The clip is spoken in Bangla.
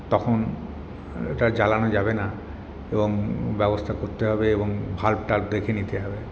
তখন এটা জ্বালানো যাবে না এবং ব্যবস্থা করতে হবে এবং ভাল্ব টাল্ব দেখে নিতে হবে